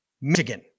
Michigan